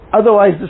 Otherwise